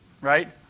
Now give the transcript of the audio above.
right